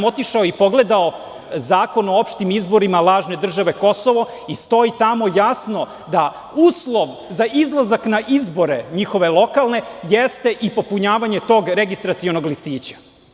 Otišao sam i pogledao Zakon o opštim izborima lažne države Kosovo i stoji tamo jasno da uslov za izlazak na izbore njihove lokalne jeste i popunjavanje tog registracionog listića.